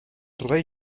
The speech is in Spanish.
rey